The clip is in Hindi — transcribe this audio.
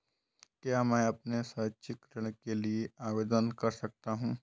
क्या मैं अपने शैक्षिक ऋण के लिए आवेदन कर सकता हूँ?